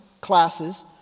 classes